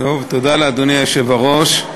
תודה לאדוני היושב-ראש.